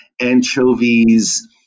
anchovies